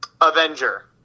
Avenger